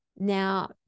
Now